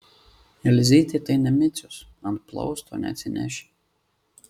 elzytė tai ne micius ant plausto neatsineši